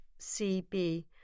CB